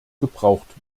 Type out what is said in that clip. gebraucht